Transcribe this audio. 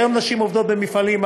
כיום נשים עובדות במפעלים,